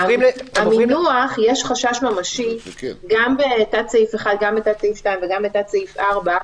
המינוח "יש חשש ממשי", גם בפסקה (1),